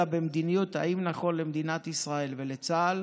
אלא במדיניות: האם נכון למדינת ישראל ולצה"ל